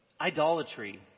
idolatry